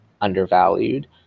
undervalued